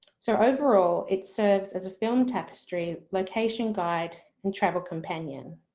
so overall it serves as a film tapestry location guide and travel companion.